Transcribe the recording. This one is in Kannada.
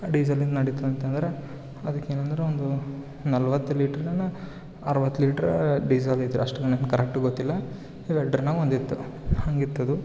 ಡೀಸೆಲ್ ನಿಂದ ನಡಿತತಂದ್ರೆ ಅದಕೆನಾದ್ರು ಒಂದು ನಲವತ್ತು ಲೀಟ್ರ್ ನನ್ನ ಅರವತ್ತು ಲೀಟ್ರ್ ಡೀಸೆಲ್ ಐತ್ರಿ ಅಷ್ಟು ನನಗೆ ಕರೆಕ್ಟ್ ಗೊತ್ತಿಲ್ಲ ಇವು ಎರಡ್ರಾಗ್ ಒಂದಿತ್ತು ಹಂಗೆ ಇತ್ತದು